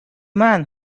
man